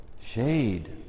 Shade